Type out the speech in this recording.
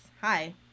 hi